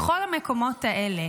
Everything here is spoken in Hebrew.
בכל המקומות האלה